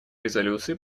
резолюций